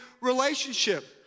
relationship